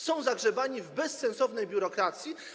Są zagrzebani w bezsensownej biurokracji.